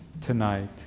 tonight